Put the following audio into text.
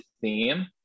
theme